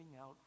out